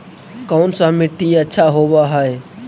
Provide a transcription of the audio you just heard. कोन सा मिट्टी अच्छा होबहय?